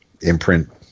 imprint